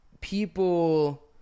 people